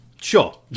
Sure